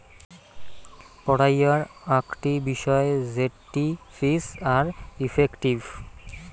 পড়াইয়ার আকটি বিষয় জেটটি ফিজ আর ইফেক্টিভ